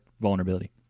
vulnerability